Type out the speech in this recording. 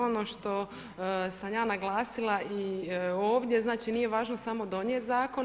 Ono što sam ja naglasila i ovdje, znači nije važno samo donijeti zakon.